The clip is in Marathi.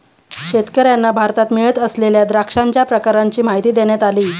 शेतकर्यांना भारतात मिळत असलेल्या द्राक्षांच्या प्रकारांची माहिती देण्यात आली